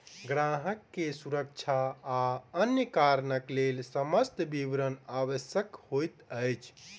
ग्राहक के सुरक्षा आ अन्य कारणक लेल समस्त विवरण आवश्यक होइत अछि